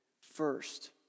first